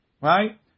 right